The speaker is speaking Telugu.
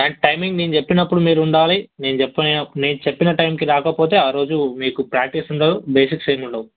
అండ్ టైమింగ్ నేను చెప్పినప్పుడు మీరు ఉండాలి నేను చెప్పిన నేను చెప్పిన టైమ్కి రాకపోతే ఆ రోజు మీకు ప్రాక్టీస్ ఉండదు బేసిక్స్ ఏం ఉండవు